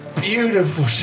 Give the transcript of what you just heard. Beautiful